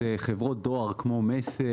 זה חברות דואר כמו מסר,